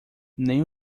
nem